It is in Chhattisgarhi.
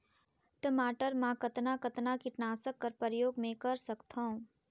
टमाटर म कतना कतना कीटनाशक कर प्रयोग मै कर सकथव?